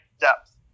depth